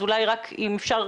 אולי רק אם אפשר